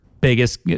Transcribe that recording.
biggest